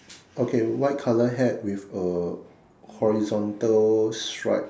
okay white color hat with a horizontal stripe